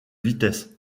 vitesse